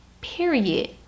period